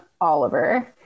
Oliver